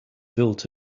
built